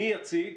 מי יציג